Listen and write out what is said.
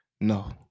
No